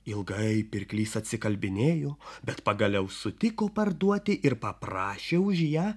ilgai pirklys atsikalbinėjo bet pagaliau sutiko parduoti ir paprašė už ją